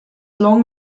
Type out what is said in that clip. long